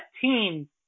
team